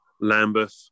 Lambeth